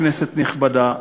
כנסת נכבדה,